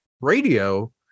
radio